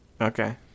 Okay